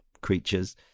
Creatures